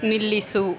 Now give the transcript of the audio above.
ನಿಲ್ಲಿಸು